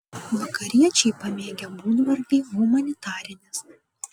vakariečiai pamėgę būdvardį humanitarinis